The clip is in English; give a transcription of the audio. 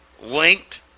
linked